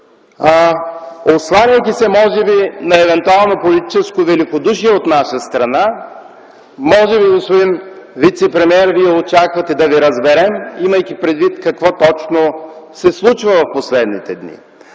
Осланяйки се може би на евентуално политическо великодушие от наша страна, може би, господин вицепремиер, Вие очаквате да Ви разберем, имайки предвид какво точно се случва през последните дни.